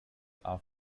are